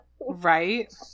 right